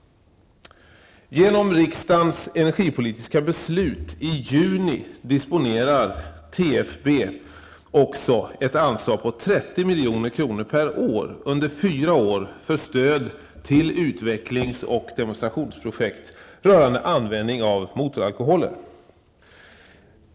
Genom riksdagens energipolitiska beslut i juni disponerar TFB också ett anslag på 30 milj.kr. per år under fyra år för stöd till utvecklings och demonstrationsprojekt rörande användning av motoralkoholer.